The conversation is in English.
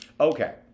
Okay